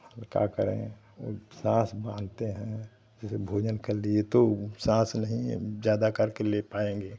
हल्का करें ओ साँस बाँधते हैं जैसे भोजन कर लिए तो साँस नहीं ज़्यादा करके ले पाएँगे